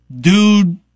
dude